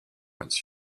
its